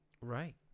Right